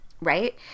Right